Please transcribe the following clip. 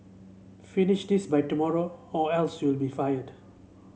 finish this by tomorrow or else you'll be fired